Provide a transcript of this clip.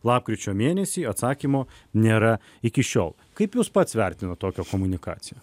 lapkričio mėnesį atsakymo nėra iki šiol kaip jūs pats vertinat tokią komunikaciją